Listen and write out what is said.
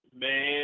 Man